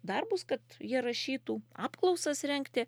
darbus kad jie rašytų apklausas rengti